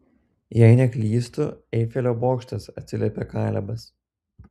jei neklystu eifelio bokštas atsiliepė kalebas